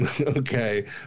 Okay